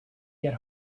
get